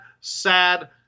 sad